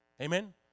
Amen